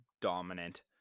dominant